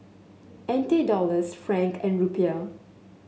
N T Dollars franc and Rupiah